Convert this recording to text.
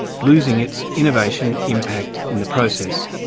losing its innovation impact in the process.